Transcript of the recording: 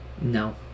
No